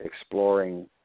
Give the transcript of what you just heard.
exploring